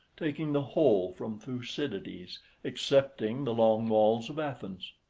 taking the whole from thucydides, excepting the long walls of athens.